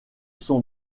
son